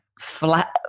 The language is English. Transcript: flat